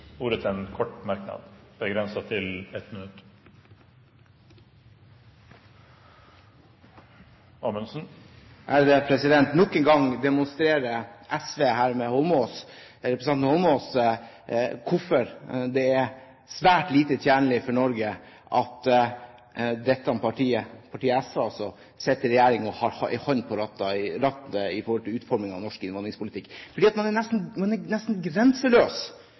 ordet til en kort merknad, begrenset til 1 minutt. Nok en gang demonstrerer SV, her ved representanten Holmås, hvorfor det er svært lite tjenlig for Norge at partiet SV sitter i regjering og har en hånd på rattet i utformingen av norsk innvandringspolitikk. Man er nesten grenseløs når det gjelder hvem man